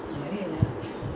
still got a lot of time